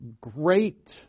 great